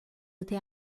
até